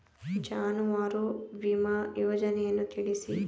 ಜಾನುವಾರು ವಿಮಾ ಯೋಜನೆಯನ್ನು ತಿಳಿಸಿ?